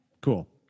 Cool